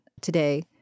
Today